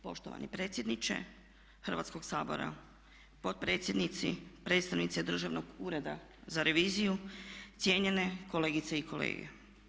Poštovani predsjedniče Hrvatskog sabora, potpredsjednici, predstavnici Državnog ureda za reviziju, cijenjene kolegice i kolege.